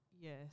Yes